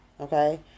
Okay